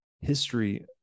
history